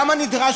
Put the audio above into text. למה נדרש?